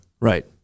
Right